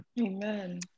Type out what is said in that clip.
Amen